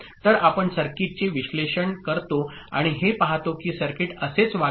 तर आपण सर्किटचे विश्लेषण करतो आणि हे पाहतो की सर्किट असेच वागेल